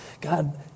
God